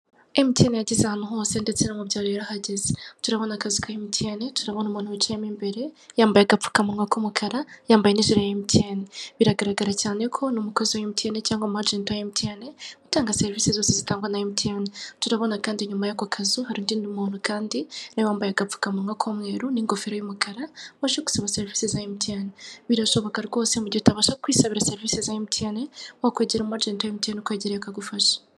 MTN yageze ahantu hose ndetse na mubyaro yarahageze turabona akazu ka MTN turabona umuntu wicayemo imbere yambaye agapfukamuwa k'umukara yambaye nigire ya MTN biragaragara cyane ko ni umukozi wa MTN cyangwa umu agenti utanga serivisi zose zitangwa na MTN . Turabona kandi nyuma y'ako kazu hari nundi muntu kandi wambaye agapfukamunwa kumweru n'ingofero yumukara wajeba kureba serivisi za MTN , birashoboka rwose ko mu mugihe utabasha kwisabira serivisi za MTN wakwegera umu agenti wa MTN ukwegereye akagufasha .